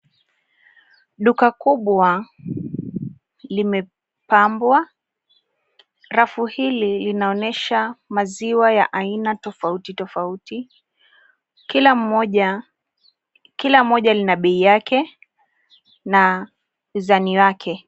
Duka kubwa limepambwa. Rafu hili linaonyesha maziwa ya aina tofautitofauti. Kila moja lina bei yake na uzani wake.